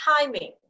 timing